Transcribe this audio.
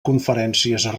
conferències